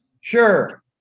Sure